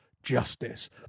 justice